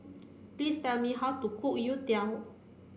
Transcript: please tell me how to cook Youtiao